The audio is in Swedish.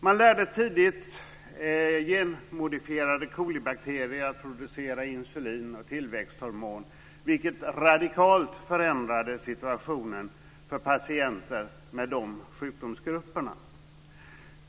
Man lärde tidigt genmodifierade colibakterier att producera insulin och tillväxthormon, vilket radikalt förändrade situationen för patienter med de berörda sjukdomsgrupperna.